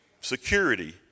security